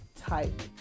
type